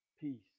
peace